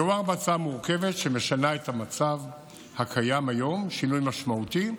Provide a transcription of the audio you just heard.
מדובר בהצעה מורכבת שמשנה את המצב הקיים היום שינוי משמעותי,